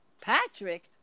Patrick